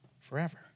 forever